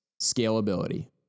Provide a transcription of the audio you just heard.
Scalability